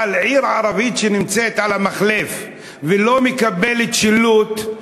אבל עיר ערבית שנמצאת על המחלף ולא מקבלת שילוט,